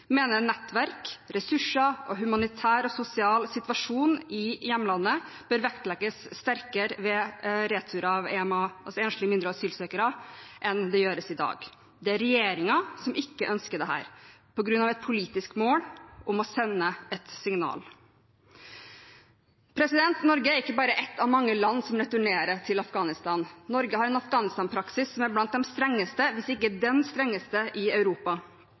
mener nettverk, ressurser og humanitær og sosial situasjon i hjemlandet bør vektlegges sterkere ved retur av enslige mindreårige asylsøkere enn det gjøres i dag. Det er regjeringen som ikke ønsker dette, på grunn av et politisk mål om å sende et signal. Norge er ikke bare ett av mange land som returnerer til Afghanistan. Norge har en Afghanistan-praksis som er blant de strengeste – hvis ikke den strengeste – i Europa.